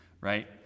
right